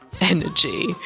Energy